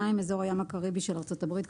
אזור הים הקריבי של ארצות הברית,